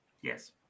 Yes